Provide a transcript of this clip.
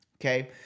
okay